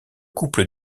couple